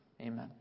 Amen